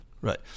Right